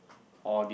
all